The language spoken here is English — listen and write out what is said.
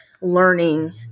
learning